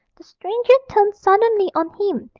the stranger turned suddenly on him,